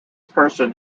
person